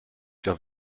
der